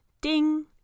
ding